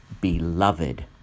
beloved